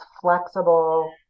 flexible